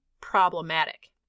problematic